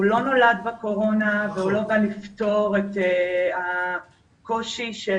הוא לא נולד בקורונה והוא לא בא לפתור את הקושי של